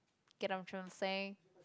get what I'm tryna say